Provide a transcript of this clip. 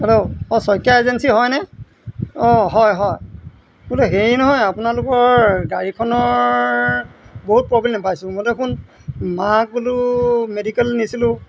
hello অঁ Saikia agency হয়নে অঁ হয় হয় বোলো হেৰি নহয় আপোনালোকৰ গাড়ীখনৰ বহুত প্ৰব্লেম পাইছোঁ মই দেখোন মাক বোলো মেডিকেল নিছিলোঁ